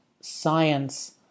science